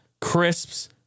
crisps